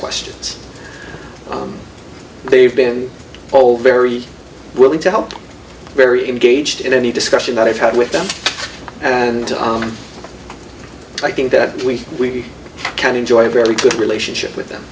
questions they've been told very willing to help very engaged in any discussion that i've had with them and i think that we can enjoy a very good relationship with